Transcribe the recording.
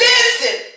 Listen